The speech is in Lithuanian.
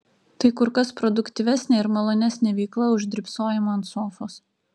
tai kur kas produktyvesnė ir malonesnė veikla už drybsojimą ant sofos